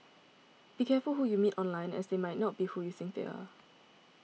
be careful who you meet online as they might not be who you think they are